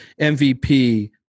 MVP